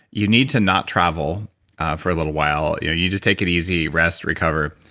you need to not travel for a little while. you you just take it easy, rest, recover.